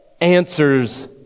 answers